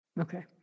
Okay